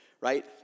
right